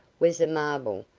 was a marble,